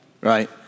right